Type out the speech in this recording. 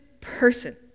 person